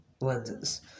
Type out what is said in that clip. lenses